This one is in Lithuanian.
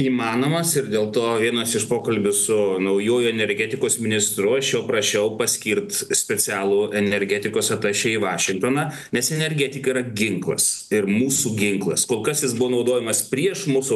įmanomas ir dėl to vienas iš pokalbių su nauju energetikos ministru aš jo prašiau paskirt specialų energetikos atašė į vašingtoną nes energetika yra ginklas ir mūsų ginklas kol kas jis buvo naudojamas prieš mūsų